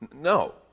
No